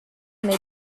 may